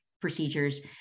procedures